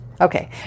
Okay